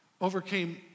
overcame